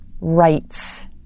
rights